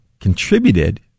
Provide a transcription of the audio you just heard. contributed